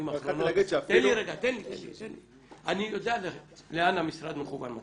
אני יודע לאן המשרד מכוון מטרה.